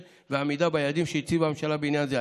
ועמידה ביעדים שהציבה הממשלה בעניין זה.